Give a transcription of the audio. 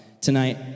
tonight